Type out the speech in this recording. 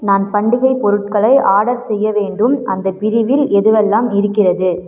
நான் பண்டிகை பொருட்களை ஆர்டர் செய்ய வேண்டும் அந்தப் பிரிவில் எதுவெல்லாம் இருக்கிறது